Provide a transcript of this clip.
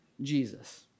Jesus